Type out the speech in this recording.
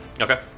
Okay